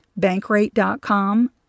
bankrate.com